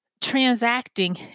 transacting